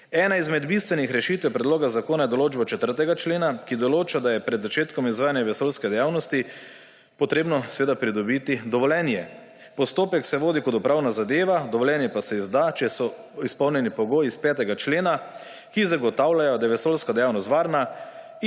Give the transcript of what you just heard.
Ena izmed bistvenih rešitev predloga zakona je določba 4. člena, ki določa, da je pred začetkom izvajanja vesoljske dejavnosti potrebno pridobiti dovoljenje. Postopek se vodi kot upravna zadeva, dovoljenje pa se izda, če so izpolnjeni pogoji iz 5. člena, ki zagotavljajo, da je vesoljska dejavnost varna